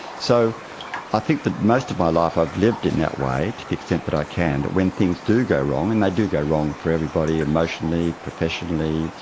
so i think that most of my life i've lived in that way, to the extent that i can, that when things do go wrong, and they do go wrong for everybody, emotionally, professionally,